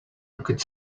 rocket